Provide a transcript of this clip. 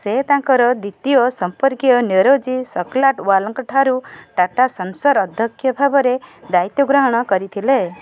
ସେ ତାଙ୍କର ଦ୍ୱିତୀୟ ସମ୍ପର୍କୀୟ ନୋରୋଜୀ ସକଲାଟୱାଲାଙ୍କଠାରୁ ଟାଟା ସନ୍ସର ଅଧ୍ୟକ୍ଷ ଭାବରେ ଦାୟିତ୍ୱ ଗ୍ରହଣ କରିଥିଲେ